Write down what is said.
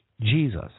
Jesus